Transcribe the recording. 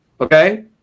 okay